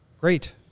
great